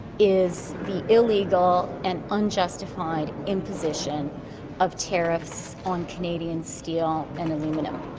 is the illegal and unjustified imposition of tariffs on canadian steel and aluminum.